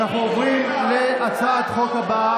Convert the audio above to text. אה,